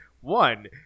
One